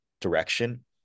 direction